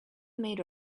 made